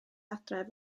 adref